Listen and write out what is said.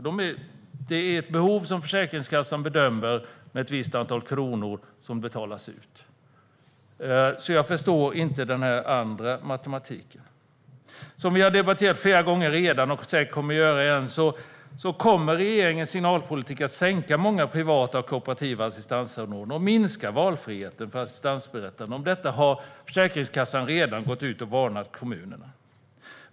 Det handlar om ett behov som Försäkringskassan bedömer, med ett visst antal kronor som betalas ut. Jag förstår inte den andra matematiken. Regeringens signalpolitik kommer att sänka många privata och kooperativa assistansanordnare och minska valfriheten för de assistansberättigade. Försäkringskassan har redan gått ut och varnat kommunerna för detta.